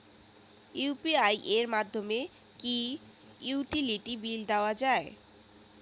UPI এর মাধ্যমে কি ইউটিলিটি বিল দেওয়া যায়?